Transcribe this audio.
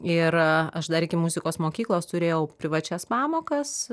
ir aš dar iki muzikos mokyklos turėjau privačias pamokas